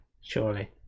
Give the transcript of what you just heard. surely